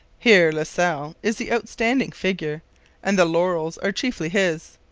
here la salle is the outstanding figure and the laurels are chiefly his.